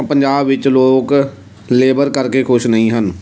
ਪੰਜਾਬ ਵਿੱਚ ਲੋਕ ਲੇਬਰ ਕਰਕੇ ਖੁਸ਼ ਨਹੀਂ ਹਨ